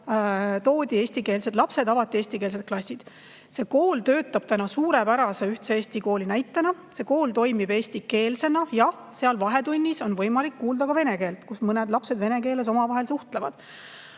toodi eesti lapsed ja avati eestikeelsed klassid. See kool töötab täna suurepärase ühtse Eesti kooli näitena, see kool toimib eestikeelsena. Jah, seal vahetunnis on võimalik kuulda ka vene keelt, sest mõned lapsed suhtlevad omavahel vene